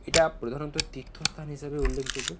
এটা প্রধানত তীর্থস্থান হিসাবে উল্লেখযোগ্য